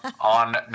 on